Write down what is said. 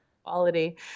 quality